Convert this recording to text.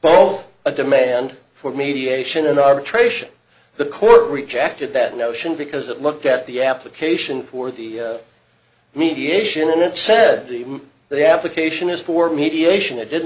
both a demand for mediation and arbitration the court rejected that notion because it looked at the application for the mediation it said the application is for mediation it didn't